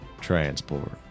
transport